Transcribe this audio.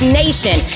nation